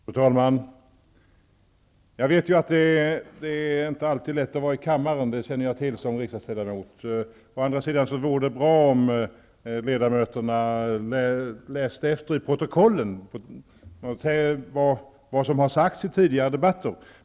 Fru talman! Jag vet att det inte alltid är lätt att närvara i kammaren. Det känner jag till som riksdagsledamot. Å andra sidan vore det bra om riksdagsledamöter läste i protokollen och noterade vad som sagts i tidigare debatter.